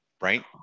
right